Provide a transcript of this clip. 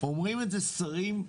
אומרים את זה שרים.